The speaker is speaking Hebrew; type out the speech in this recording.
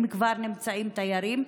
אם כבר נמצאים תיירים,